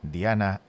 Diana